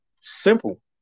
Simple